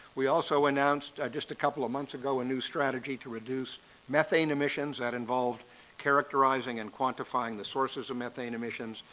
we also announced just a couple of months ago a new strategy to reduce methane emissions that involve characterizing and quantifying the sources of methane emissions,